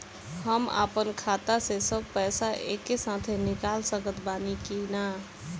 हम आपन खाता से सब पैसा एके साथे निकाल सकत बानी की ना?